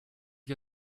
ich